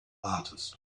artist